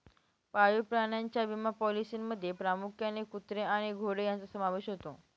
पाळीव प्राण्यांच्या विमा पॉलिसींमध्ये प्रामुख्याने कुत्रे आणि घोडे यांचा समावेश होतो